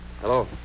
Hello